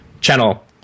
channel